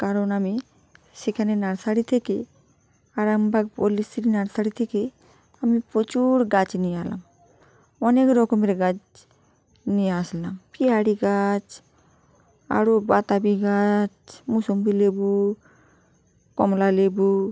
কারণ আমি সেখানে নার্সারি থেকে আরামবাগ পল্লীশ্রী নার্সারি থেকে আমি প্রচুর গাছ নিয়ে এলাম অনেক রকমের গাছ নিয়ে আসলাম পেয়ারা গাছ আরো বাতাবি গাছ মুসম্বি লেবু কমলা লেবু